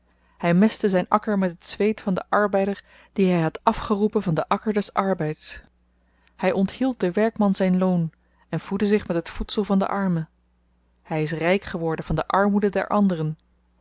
hy mestte zyn akker met het zweet van den arbeider dien hy had afgeroepen van den akker des arbeids hy onthield den werkman zyn loon en voedde zich met het voedsel van den arme hy is ryk geworden van de armoede der anderen